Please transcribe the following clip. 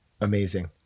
Amazing